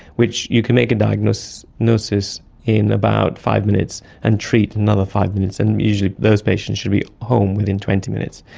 which you can make a diagnosis diagnosis in about five minutes and treat in another five minutes, and usually those patients should be home within twenty minutes.